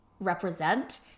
represent